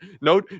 No